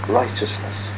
righteousness